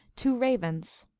two ravens.